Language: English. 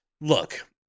Look